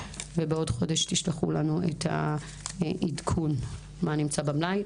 ובעוד חודש תשלחו לנו את העדכון מה נמצא במלאי.